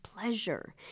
pleasure